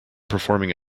performing